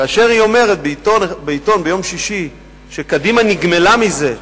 כאשר היא אומרת בעיתון ביום שישי שקדימה נגמלה מזה,